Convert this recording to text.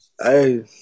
Hey